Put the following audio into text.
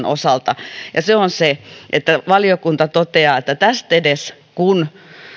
osalta se on se että valiokunta toteaa että tästedes